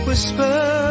Whisper